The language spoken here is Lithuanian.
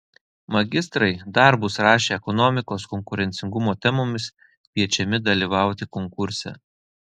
magistrai darbus rašę ekonomikos konkurencingumo temomis kviečiami dalyvauti konkurse